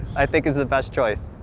i think it's the best choice.